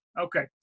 Okay